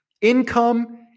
income